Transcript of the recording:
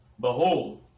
behold